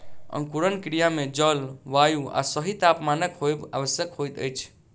अंकुरण क्रिया मे जल, वायु आ सही तापमानक होयब आवश्यक होइत अछि